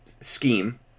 scheme